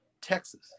Texas